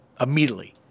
Immediately